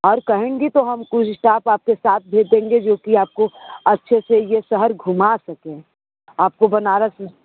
और तो कहेंगी तो हम कुछ स्टाप आपके साथ भेज देंगे जो कि आपको अच्छे से यह शहर घुमा सके आपको बनारस